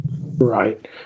Right